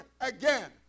again